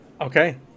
Okay